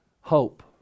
hope